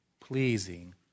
pleasing